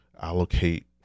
allocate